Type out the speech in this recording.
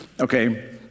Okay